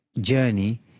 journey